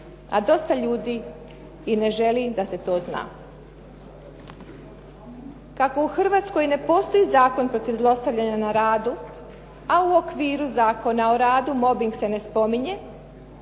a dosta ljudi i ne želi da se to zna. Kako u Hrvatskoj ne postoji zakon protiv zlostavljanja na radu, a u okviru Zakona o radu mobing se ne spominje,